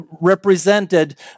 represented